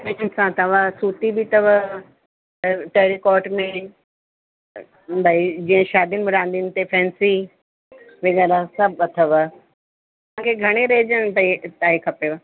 तव्हां सूती बि अथव टैरीकॉट में भाई जीअं शारी मुरांदियुनि ते फैंसी वग़ैरह सभु अथव तव्हांखे घणे रेट जो ताईं तई खपेव